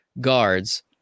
guards